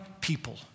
people